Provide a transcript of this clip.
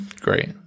Great